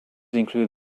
include